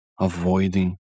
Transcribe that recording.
avoiding